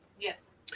Yes